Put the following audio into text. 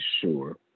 sure